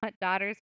daughter's